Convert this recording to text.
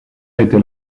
était